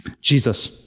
Jesus